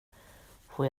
får